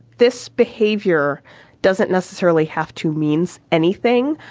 this behavior doesn't necessarily have to means anything.